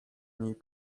niej